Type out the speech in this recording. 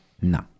No